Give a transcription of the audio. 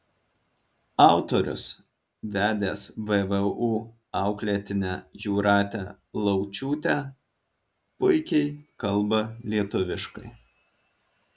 autorius vedęs vvu auklėtinę jūratę laučiūtę puikiai kalba lietuviškai